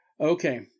Okay